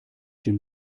den